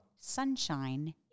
Sunshine